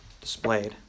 displayed